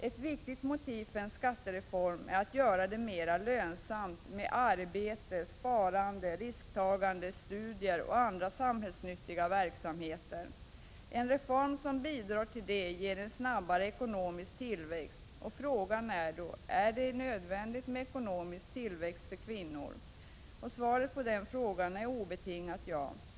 Ett viktigt motiv för en skattereform är att göra det mera lönsamt med arbete, sparande, risktagande, studier och andra samhällsnyttiga verksamhe ter. En reform som bidrar till detta ger en snabbare ekonomisk tillväxt. Och frågan är då: Är det nödvändigt med ekonomisk tillväxt för kvinnor? Svaret på den frågan är obetingat ja.